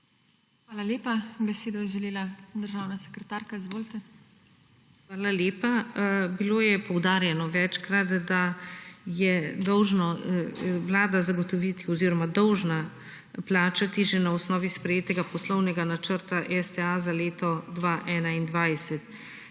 Hvala lepa. Besedo je želela državna sekretarka. Izvolite. **DR. IGNACIJA FRIDL JARC:** Hvala lepa. Bilo je poudarjeno večkrat, da je dolžna Vlada zagotoviti oziroma dolžna plačati že na osnovi sprejetega poslovnega načrta STA za leto 2021.